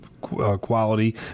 quality